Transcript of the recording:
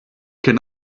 can